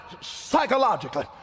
psychologically